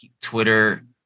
twitter